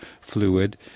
fluid